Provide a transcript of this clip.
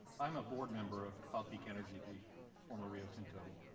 i am a board member of cloud peak energy, the former rio tinto